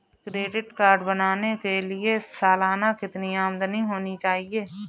Credit card बनाने के लिए सालाना कितनी आमदनी होनी चाहिए?